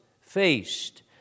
faced